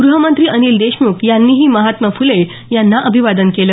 गृहमंत्री अनिल देशमुख यांनीही महात्मा फुले यांना अभिवादन केलं